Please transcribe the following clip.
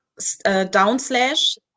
downslash